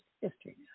history